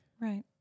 right